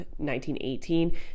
1918